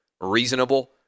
reasonable